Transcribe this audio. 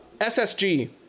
SSG